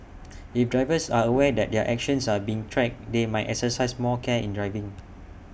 if drivers are aware that their actions are being tracked they might exercise more care in driving